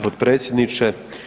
potpredsjedniče.